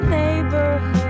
neighborhood